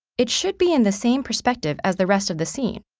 it should be in the same perspective as the rest of the scene,